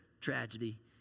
tragedy